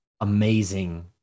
amazing